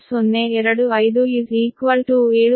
0257